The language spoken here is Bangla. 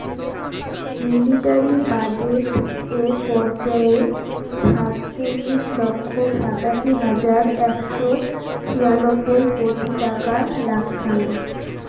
মিলিটারি বাজেট এ পর্যায়ে সাতচল্লিশ লক্ষ সাতাশি হাজার একশো ছিয়ানব্বই কোটি টাকা রাখ্যাং